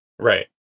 Right